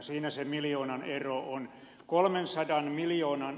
siinä se miljoonan ero on